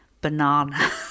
banana